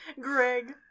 Greg